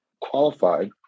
qualified